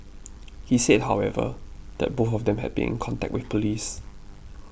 he said however that both of them had been in contact with police